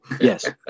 Yes